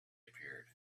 appeared